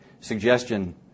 suggestion